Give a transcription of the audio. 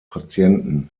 patienten